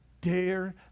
dare